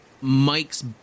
Mike's